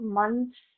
months